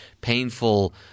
painful